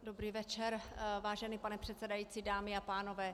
Dobrý večer, vážený pane předsedající, dámy a pánové.